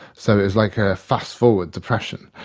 so it's like a fast-forward depression,